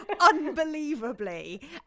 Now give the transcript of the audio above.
unbelievably